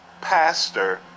pastor